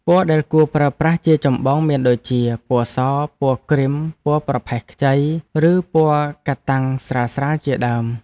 ពណ៌ដែលគួរប្រើប្រាស់ជាចម្បងមានដូចជាពណ៌សពណ៌គ្រីមពណ៌ប្រផេះខ្ចីឬពណ៌កាតាំងស្រាលៗជាដើម។